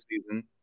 season